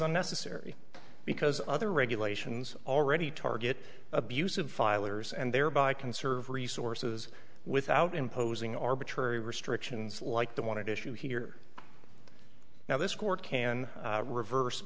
unnecessary because other regulations already target abusive filers and thereby conserve resources without imposing arbitrary restrictions like the wanted issue here now this court can reverse